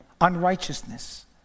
Unrighteousness